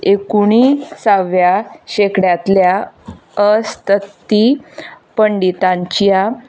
एकुणीसाव्या शेंकड्यांतल्या अस्तंती पंडितांच्या